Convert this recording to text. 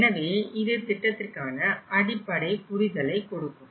எனவே இது திட்டத்திற்கான அடிப்படை புரிதலை கொடுக்கும்